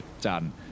Done